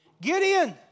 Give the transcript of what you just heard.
Gideon